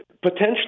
Potentially